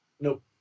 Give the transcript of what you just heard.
Nope